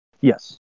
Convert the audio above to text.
Yes